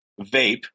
vape